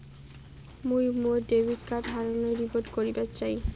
মুই মোর debit card হারানোর রিপোর্ট করিবার চাই